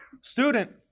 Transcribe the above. student